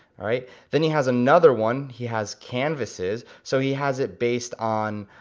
right. then he has another one, he has canvases. so he has it based on,